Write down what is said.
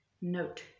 note